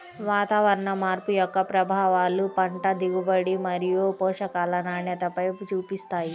వాతావరణ మార్పు యొక్క ప్రభావాలు పంట దిగుబడి మరియు పోషకాల నాణ్యతపైన చూపిస్తాయి